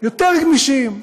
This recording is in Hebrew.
יותר גמישים,